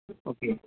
okay